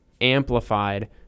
amplified